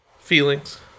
feelings